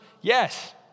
yes